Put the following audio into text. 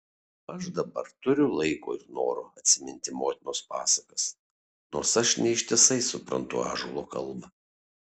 aš dabar turiu laiko ir noro atsiminti motinos pasakas nors aš ne ištisai suprantu ąžuolo kalbą